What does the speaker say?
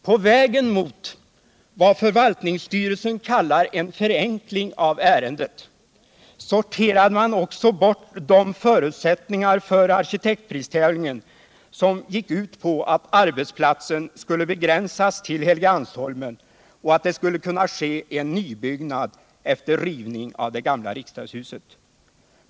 På vägen mot vad förvaltningsstyrelsen kallar en förenkling av ärendet sorterar man också bort de förutsättningar för arkitektpristävlingen som gick ut på att arbetsplatsen skulle begränsas till Helgeandsholmen och att det skulle kunna ske en nybyggnad efter rivning av det gamla riksdagshuset.